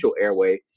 airway